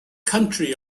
country